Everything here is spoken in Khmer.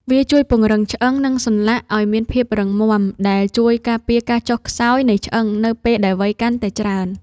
វាជួយពង្រឹងឆ្អឹង និងសន្លាក់ឱ្យមានភាពរឹងមាំ ដែលជួយការពារការចុះខ្សោយនៃឆ្អឹងនៅពេលដែលវ័យកាន់តែច្រើន។